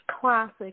classic